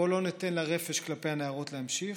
בואו לא ניתן לרפש כלפי הנערות להמשיך.